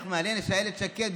מעניין שאילת שקד,